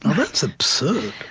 and that's absurd,